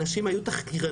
הנשים היו תחקירניות.